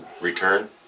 return